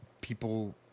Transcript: people